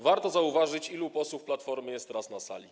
Warto zauważyć, ilu posłów Platformy jest teraz na sali.